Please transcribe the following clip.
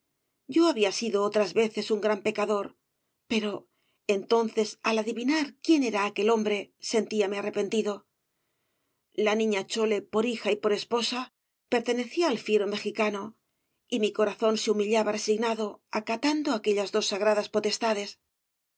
yo había sido otras veces un gran pecador pero entonces al adivinar quién era aquel hombre sentíame arrepentido la niña chole por hija y por esposa pertenecía al fiero mexicano y mi corazón se humillaba resignado acatando aquellas dos sagradas potestades